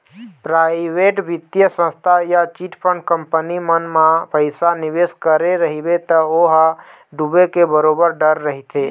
private बित्तीय संस्था या चिटफंड कंपनी मन म पइसा निवेस करे रहिबे त ओ ह डूबे के बरोबर डर रहिथे